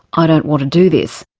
i don't want to do this.